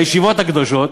הישיבות הקדושות,